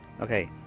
okay